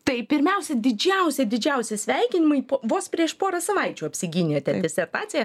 tai pirmiausia didžiausi didžiausi sveikinimai po vos prieš porą savaičių apsigynėte disertaciją